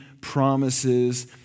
promises